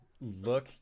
look